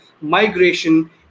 migration